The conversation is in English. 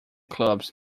clubs